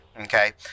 Okay